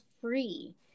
free